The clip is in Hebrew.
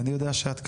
ואני יודע שאת כזאת.